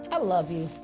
i love you